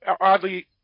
oddly